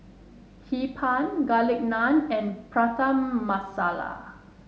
Hee Pan Garlic Naan and Prata Masala